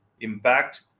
impact